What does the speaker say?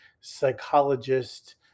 psychologist